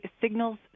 Signals